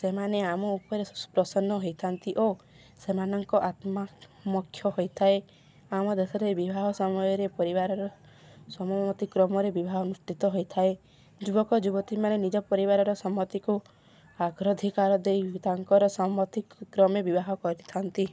ସେମାନେ ଆମ ଉପରେ ପ୍ରସନ୍ନ ହୋଇଥାନ୍ତି ଓ ସେମାନଙ୍କ ଆତ୍ମା ମୋକ୍ଷ ହୋଇଥାଏ ଆମ ଦେଶରେ ବିବାହ ସମୟରେ ପରିବାରର ସମ୍ମତି କ୍ରମରେ ବିବାହ ଅନୁଷ୍ଠିତ ହୋଇଥାଏ ଯୁବକ ଯୁବତୀମାନେ ନିଜ ପରିବାରର ସମ୍ମତିକୁ ଅଗ୍ରାଧିକାର ଦେଇ ତାଙ୍କର ସମ୍ମତି କ୍ରମେ ବିବାହ କରିଥାନ୍ତି